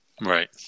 Right